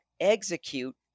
execute